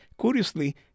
curiously